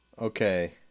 Okay